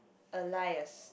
Alias